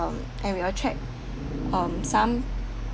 um and we attracts um some